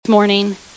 Morning